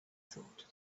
thought